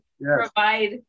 provide